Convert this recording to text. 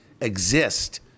exist